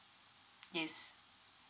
yes